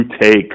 take